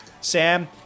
Sam